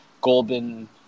golden